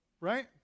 right